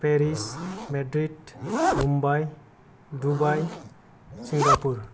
Paris Madrid Mumbai Dubai Singapore